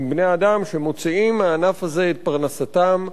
עם בני-האדם, שמוציאים מהענף הזה את פרנסתם.